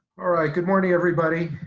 all right, good morning everybody.